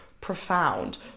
profound